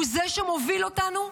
הם אלה שמובילים אותנו,